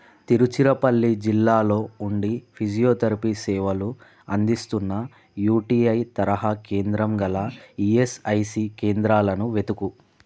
తిరుచిరపల్లి జిల్లాలో ఉండి ఫిజియోథెరపీ సేవలు అందిస్తున్న యుటిఐ తరహా కేంద్రం గల ఈఎస్ఐసీ కేంద్రాలను వెతుకు